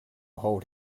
hold